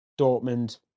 Dortmund